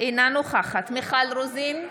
אינה נוכחת מיכל רוזין,